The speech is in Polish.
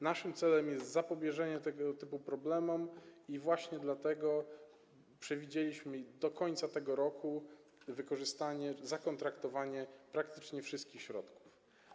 Naszym celem jest zapobieżenie tego typu problemom i właśnie dlatego przewidzieliśmy do końca tego roku wykorzystanie, zakontraktowanie praktycznie wszystkich środków.